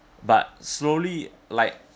but slowly like